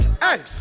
Hey